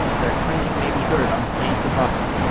their clanking may be heard on the plains of boston.